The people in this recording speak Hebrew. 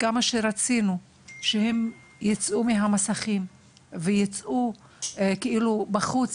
עם כל הרצון שהם יעזבו את המסכים וייצאו לשחק בחוץ,